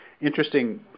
interesting